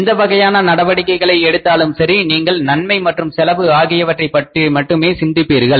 எந்த வகையான நடவடிக்கைகளை எடுத்தாலும் சரி நீங்கள் நன்மை மற்றும் செலவு ஆகியவற்றை பற்றி மட்டுமே சிந்திப்பீர்கள்